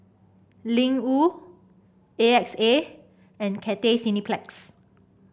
Ling Wu A X A and Cathay Cineplex